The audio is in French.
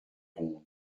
rondes